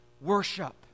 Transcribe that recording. worship